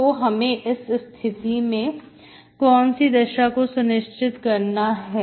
तो हमें इस स्थिति में कौन सी दशा को सुनिश्चित करना है